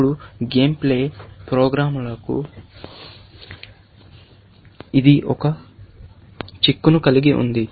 ఇప్పుడు game play ప్రోగ్రామ్లకు ఇది ఒక చిక్కును కలిగి ఉంది